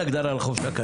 המשפטים.